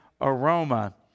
aroma